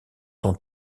son